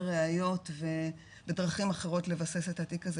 ראיות בדרכים אחרות לבסס את התיק הזה,